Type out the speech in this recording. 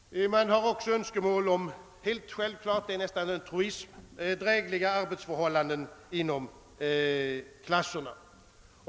Man uppställer också från lärarnas sida det självklara önskemålet, som nästan är en truism, att man skall ha drägliga arbetsförhållanden inom klasserna.